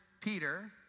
Peter